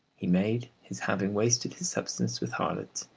he made his having wasted his substance with harlots,